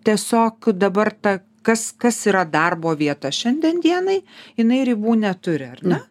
tiesiog dabar ta kas kas yra darbo vieta šiandien dienai jinai ribų neturi ar ne